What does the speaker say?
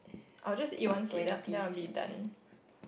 I will just eat one seed then then I will be done